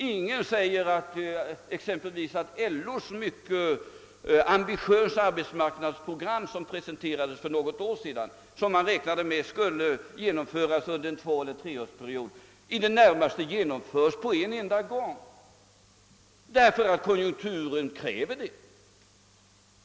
Ingen säger exempelvis att LO:s mycket ambitiösa arbetsmarknadsprogram, som presenterades för något år sedan och som man räknade med skulle genomföras under en tvåeller treårsperiod, i det närmaste genomförs på en enda gång. Åtgärderna vidtas därför att konjunkturen kräver det.